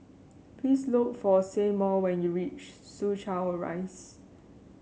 please look for Seymour when you reach Soo Chow Rise